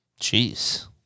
Jeez